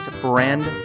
brand